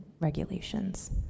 regulations